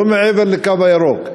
לא מעבר לקו הירוק,